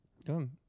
Done